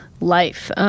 life